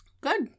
Good